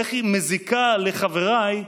איך היא מזיקה לחבריי,